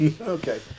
Okay